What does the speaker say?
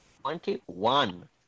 Twenty-one